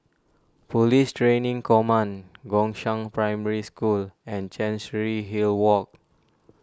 Police Training Command Gongshang Primary School and Chancery Hill Walk